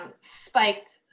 spiked